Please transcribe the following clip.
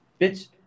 Bitch